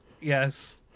Yes